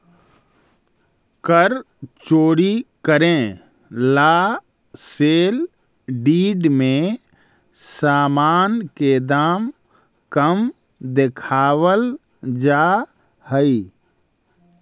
कर चोरी करे ला सेल डीड में सामान के दाम कम देखावल जा हई